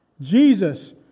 Jesus